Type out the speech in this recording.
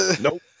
Nope